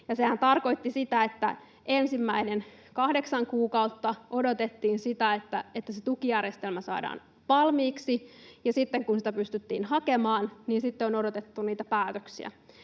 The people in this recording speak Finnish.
tarkoitti sitä, että ensimmäinen kahdeksan kuukautta odotettiin, että se tukijärjestelmä saadaan valmiiksi, ja sitten kun sitä pystyttiin hakemaan, on odotettu niitä päätöksiä.